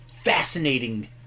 fascinating